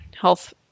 health